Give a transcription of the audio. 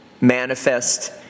manifest